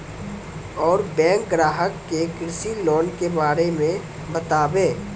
और बैंक ग्राहक के कृषि लोन के बारे मे बातेबे?